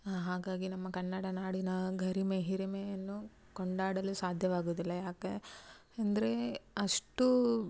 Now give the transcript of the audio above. ಹಾಗಾಗಿ ನಮ್ಮ ಕನ್ನಡ ನಾಡಿನ ಗರಿಮೆ ಹಿರಿಮೆಯನ್ನು ಕೊಂಡಾಡಲು ಸಾಧ್ಯವಾಗುದಿಲ್ಲ ಯಾಕೆ ಅಂದರೆ ಅಷ್ಟು